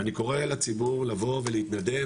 ואני קורא לציבור לבוא ולהתנדב,